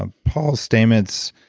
ah paul stamets,